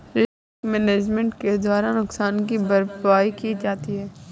risk management के द्वारा नुकसान की भरपाई की जाती है